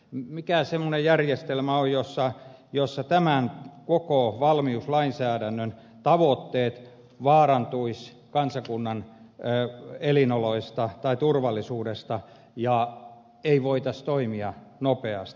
mikä semmoinen järjestelmä on jossa koko valmiuslainsäädännön tavoitteet kansakunnan elinoloista tai turvallisuudesta vaarantuisivat ja ei voitaisi toimia nopeasti